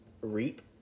reap